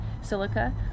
silica